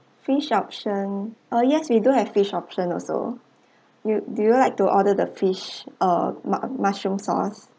fish option ah yes we do have fish option also you do you like to order the fish uh mu~ mushroom sauce